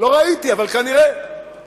זה לא נראה לי חשוב.